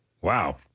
Wow